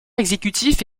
exécutif